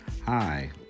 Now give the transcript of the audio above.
Hi